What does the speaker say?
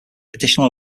additional